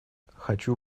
хочу